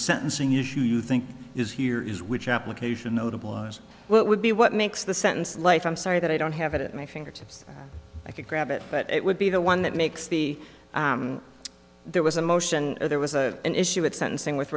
sentencing issue you think is here is which application notable what would be what makes the sentence life i'm sorry that i don't have it at my fingertips i could grab it but it would be the one that makes the there was a motion there was a an issue at sentencing with